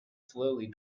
slowly